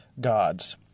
gods